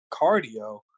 cardio